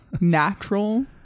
Natural